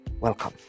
Welcome